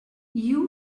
you